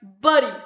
buddy